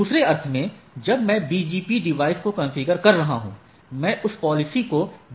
दूसरे अर्थ में जब मैं BGP डिवाइस को कॉन्फ़िगर कर रहा हूं मैं उस पॉलिसी को BGP में एम्बेड कर रहा हूं